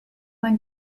man